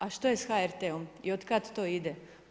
A što je s HRT-om i od kada to ide?